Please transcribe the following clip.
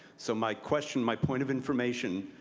so my question, my point of information,